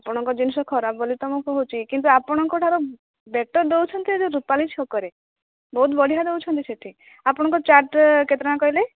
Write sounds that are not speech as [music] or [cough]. ଆପଣଙ୍କ ଜିନିଷ ଖରାପ ବୋଲି ତ ମୁଁ କହୁଛି କିନ୍ତୁ ଆପଣଙ୍କ ଠାରୁ ବେଟର୍ ଦେଉଛନ୍ତି ରୁପାଲି ଛକରେ ବହୁତ ବଢ଼ିଆ ଦେଉଛନ୍ତି ସେଠି ଆପଣଙ୍କ ଚାଟ୍ [unintelligible] କେତେ ଟଙ୍କା କହିଲେ